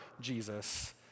Jesus